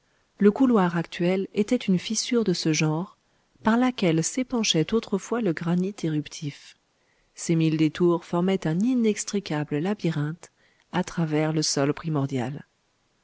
le couloir actuel était une fissure de ce genre par laquelle s'épanchait autrefois le granit éruptif ses mille détours formaient un inextricable labyrinthe à travers le sol primordial